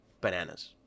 bananas